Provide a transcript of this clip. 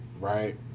Right